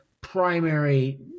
primary